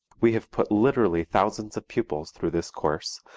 we have put literally thousands of pupils through this course,